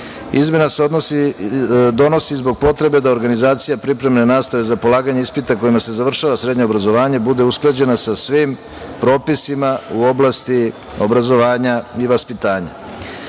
se donosi zbog potrebe da organizacija pripremne nastave za polaganje ispita kojima se završava srednje obrazovanje bude usklađena sa svim propisima u oblasti obrazovanja i vaspitanja.